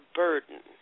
burden